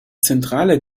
zentraler